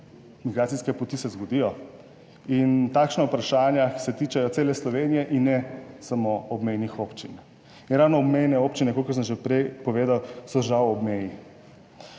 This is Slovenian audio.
Migracijske poti se zgodijo in takšna vprašanja, ki se tičejo cele Slovenije in ne samo obmejnih občin in ravno obmejne občine, kakor sem že prej povedal, so žal ob meji.